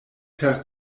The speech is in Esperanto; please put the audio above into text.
per